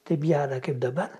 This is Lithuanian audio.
taip gera kaip dabar